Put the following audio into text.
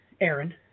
Aaron